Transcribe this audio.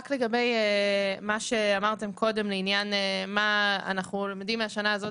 רק לגבי מה שאמרתם קודם לעניין מה אנחנו לומדים מהשנה הזאת?